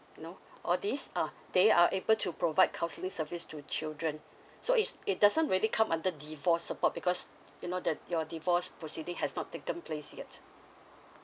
you know all these ah they are able to provide counselling service to children so is it doesn't really come under divorce support because you know that your divorce proceeding has not taken place yet